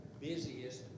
busiest